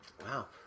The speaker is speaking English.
Wow